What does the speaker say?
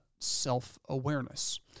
Self-awareness